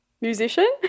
musician